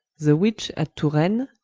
the which at touraine,